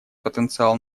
потенциал